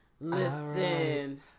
Listen